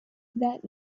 that